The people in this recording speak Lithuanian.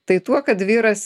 tai tuo kad vyras